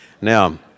Now